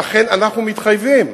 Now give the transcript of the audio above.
ואכן, אנחנו מתחייבים.